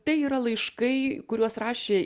tai yra laiškai kuriuos rašė